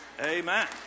Amen